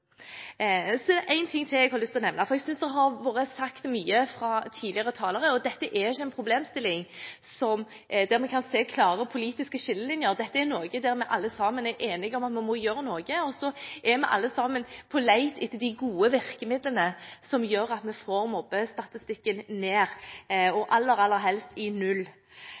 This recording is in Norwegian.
Så er det én ting til jeg har lyst til å nevne: Jeg synes det har vært sagt mye fra tidligere talere om at dette ikke er en problemstilling der vi kan se klare politiske skillelinjer. Dette er noe vi alle sammen er enige om at vi må gjøre noe med, og vi er alle sammen på leit etter de gode virkemidlene, som gjør at vi får mobbestatistikken ned og aller helst i null.